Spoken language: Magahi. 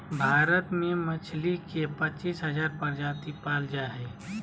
भारत में मछली के पच्चीस हजार प्रजाति पाल जा हइ